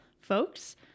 folks